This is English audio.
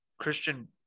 Christian